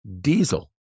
diesel